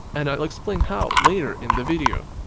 and i'll explain how later in the video.